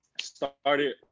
Started